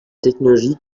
technologie